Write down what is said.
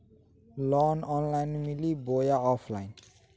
Loan online मिली बोया offline?